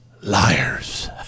liars